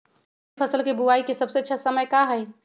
रबी फसल के बुआई के सबसे अच्छा समय का हई?